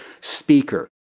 speaker